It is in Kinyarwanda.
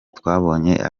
twabonye